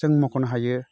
जों मख'नो हायो